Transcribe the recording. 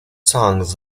songs